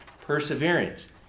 perseverance